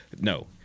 No